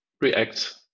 React